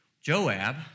Joab